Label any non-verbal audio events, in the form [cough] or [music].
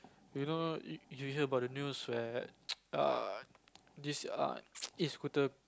you know you hear about the news where [noise] err this err [noise] e-scooter